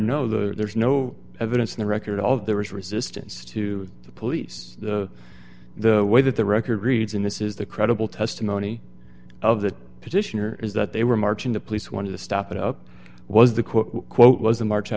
no the there's no evidence in the record of there was resistance to the police the the way that the record reads in this is the credible testimony of that position or is that they were marching to police wanted to stop it up was the quote unquote was a march out